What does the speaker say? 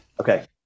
Okay